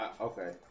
Okay